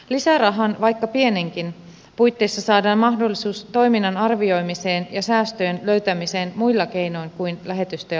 lisärahan vaikka pienenkin puitteissa saadaan mahdollisuus toiminnan arvioimiseen ja säästöjen löytämiseen muilla keinoin kuin lähetystöjä lakkauttamalla